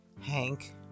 Hank